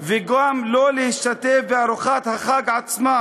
וגם לא להשתתף בארוחת החג עצמה,